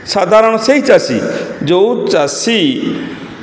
ସାଧାରଣ ସେହି ଚାଷୀ ଯେଉଁ ଚାଷୀ